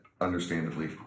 understandably